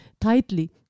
tightly